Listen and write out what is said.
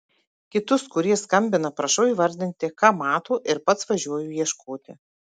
kitus kurie skambina prašau įvardinti ką mato ir pats važiuoju ieškoti